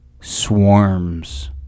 swarms